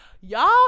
Y'all